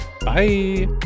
Bye